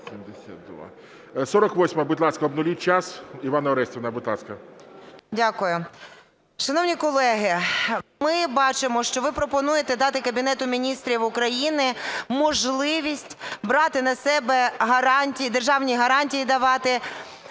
Дякую. Шановні колеги, ми бачимо, що ви пропонуєте дати Кабінету Міністрів України можливість брати на себе гарантії, державні гарантії давати